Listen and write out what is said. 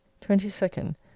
Twenty-second